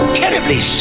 terribly